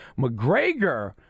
McGregor